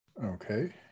okay